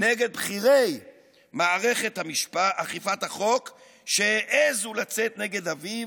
נגד בכירי מערכת אכיפת החוק שהעזו לצאת נגד אביו,